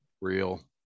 real